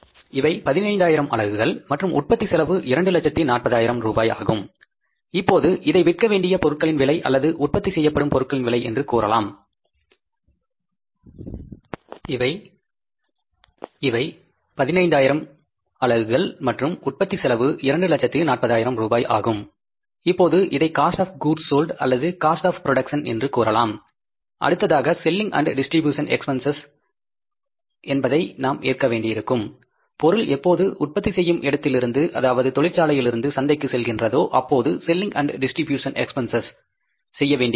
இவை 15000 அலகுகள் மற்றும் உற்பத்தி செலவு 240000 ரூபாய் ஆகும் இப்போது இதை காஸ்ட் ஆப் கூட்ஸ் சோல்ட் அல்லது காஸ்ட் ஆப் ப்ரொடக்ஷன் என்று கூறலாம் அடுத்ததாக செல்லிங் அண்ட் டிஸ்ட்ரிபியூஷன் எக்ஸ்பென்ஸஸ் ஐ நாம் ஏற்க வேண்டியிருக்கும் பொருள் எப்போது உற்பத்தி செய்யும் இடத்திலிருந்து அதாவது தொழிற்சாலையிலிருந்து சந்தைக்கு செல்கின்றதோ அப்பொழுது செல்லிங் அண்ட் டிஸ்ட்ரிபியூஷன் எஸ்பிஎன்செஸ் செய்ய வேண்டியிருக்கும்